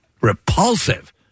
repulsive